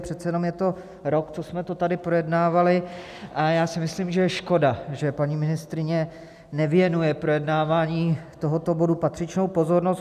Přece jenom je to rok, co jsme to tady projednávali, a já si myslím, že je škoda, že paní ministryně nevěnuje projednávání tohoto bodu patřičnou pozornost.